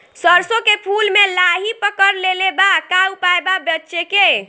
सरसों के फूल मे लाहि पकड़ ले ले बा का उपाय बा बचेके?